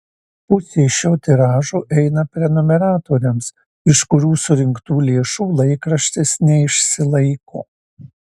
pusė šio tiražo eina prenumeratoriams iš kurių surinktų lėšų laikraštis neišsilaiko